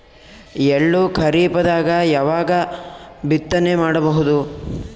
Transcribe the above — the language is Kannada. ಎಳ್ಳು ಖರೀಪದಾಗ ಯಾವಗ ಬಿತ್ತನೆ ಮಾಡಬಹುದು?